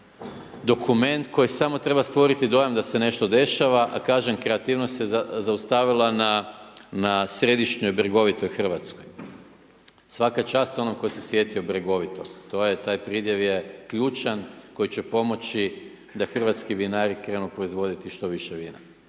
dokument koji samo treba stvoriti dojam da se nešto dešava a kažem kreativnost je zaustavila na središnjoj bregovitoj Hrvatskoj. Svaka čast onom tko se sjetio bregovitog, to je, taj pridjev je ključan koji će pomoći da hrvatski vinari krenu proizvoditi što više vina.